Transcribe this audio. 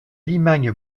limagne